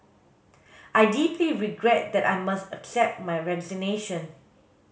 I deeply regret that I must accept your resignation